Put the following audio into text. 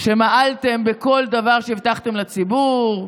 שמעלתם בכל דבר שהבטחתם לציבור,